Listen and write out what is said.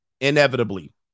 inevitably